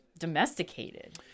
domesticated